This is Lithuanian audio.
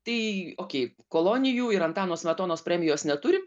tai okei kolonijų ir antano smetonos premijos neturim